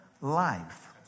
life